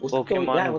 Pokemon